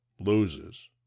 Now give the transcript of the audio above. loses